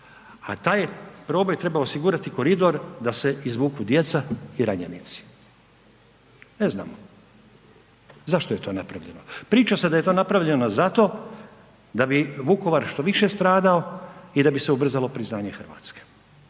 a taj je proboj trebao osigurati koridor da se izvuku djeca i ranjenici. Ne znam, zašto je to napravljeno? Priča se da je to napravljeno zato da bi Vukovar što više stradao i da bi se ubrzalo priznanje Hrvatske.